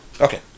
Okay